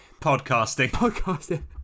Podcasting